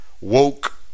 woke